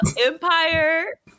Empire